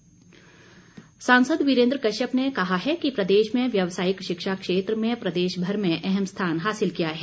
वीरेन्द्र कश्यप सांसद वीरेन्द्र कश्यप ने कहा है कि प्रदेश में व्यवसायिक शिक्षा क्षेत्र में प्रदेश भर में अहम स्थान हासिल किया है